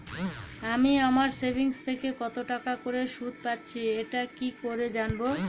আমি আমার সেভিংস থেকে কতটাকা করে সুদ পাচ্ছি এটা কি করে জানব?